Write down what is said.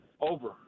over